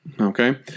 Okay